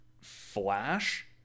Flash